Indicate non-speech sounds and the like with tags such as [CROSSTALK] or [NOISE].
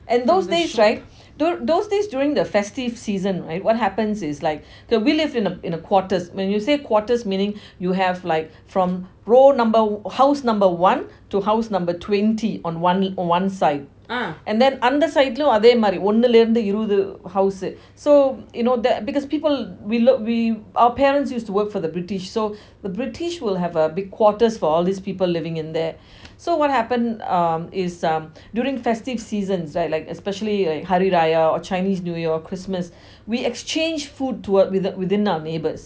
and those days right [BREATH] thos~ those days during the feastive season right what happens is like so we live in a quarters when when you say quarters meaning you have like from row number house number one to house number twenty on one one side and then அந்த சைடுளையும் அதே மாறி ஒன்னுலந்து இருவது:antha saidelayum athey maari onulanthu iruvathu house so you know people we loo~ we our parents used to work for the british so the british will have a big quarters for all these people living in there [BREATH] so what happen uh is um during feative seasons like especially hari raya or chinese new year or christmas we exchange food to~ within our neighbours